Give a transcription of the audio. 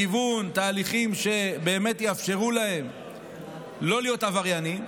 לכיוון תהליכים שבאמת יאפשרו להם לא להיות עבריינים.